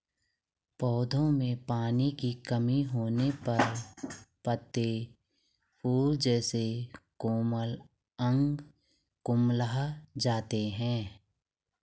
पौधों में पानी की कमी होने पर पत्ते, फूल जैसे कोमल अंग कुम्हला जाते हैं